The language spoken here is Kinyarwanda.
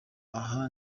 aha